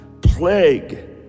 plague